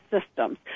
systems